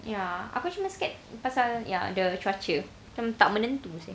ya aku cuma scared pasal the ya the cuaca macam tak menentu seh